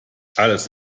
alles